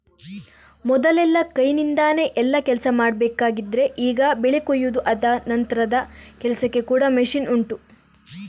ಮೊದಲೆಲ್ಲ ಕೈನಿಂದಾನೆ ಎಲ್ಲಾ ಕೆಲ್ಸ ಮಾಡ್ಬೇಕಿದ್ರೆ ಈಗ ಬೆಳೆ ಕೊಯಿದು ಆದ ನಂತ್ರದ ಕೆಲ್ಸಕ್ಕೆ ಕೂಡಾ ಮಷೀನ್ ಉಂಟು